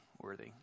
worthy